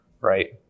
Right